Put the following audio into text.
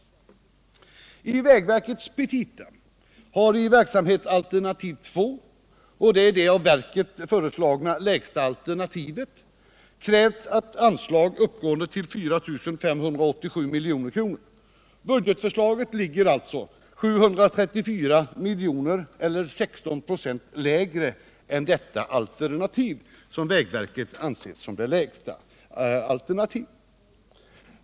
I verkets petita har i verksamhetsalternativ II — det av verket föreslagna lägsta alternativet — krävts ett anslag uppgående till 4 587 milj.kr. Budgetförslaget ligger alltså 734,1 milj.kr. eller 16 ?» lägre än det alternativ som vägverket anser vara det lägsta.